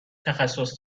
تخصص